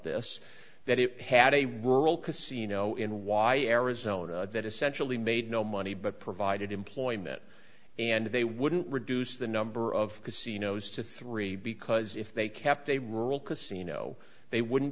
this that it had a rural casino in y arizona that essentially made no money but provided employment and they wouldn't reduce the number of pacino's to three because if they kept a rural casino they wouldn't